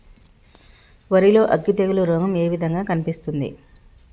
వరి లో అగ్గి తెగులు రోగం ఏ విధంగా కనిపిస్తుంది?